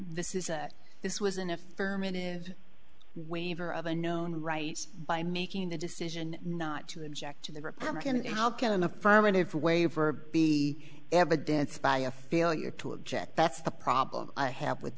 this is this was an affirmative waiver of a known right by making the decision not to object to the republican how can an affirmative waiver be evidence by a failure to object that's the problem i have with